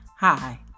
Hi